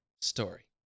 story